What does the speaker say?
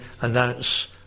announce